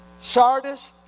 Sardis